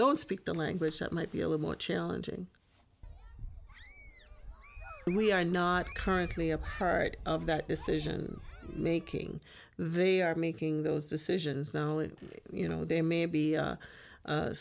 don't speak the language it might be a little more challenging we are not currently a part of that decision making they are making those decisions now you know they may be a